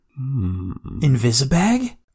invisibag